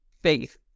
faith